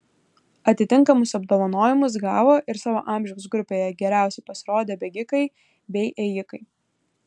atitinkamus apdovanojimus gavo ir savo amžiaus grupėje geriausiai pasirodę bėgikai bei ėjikai